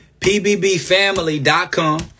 pbbfamily.com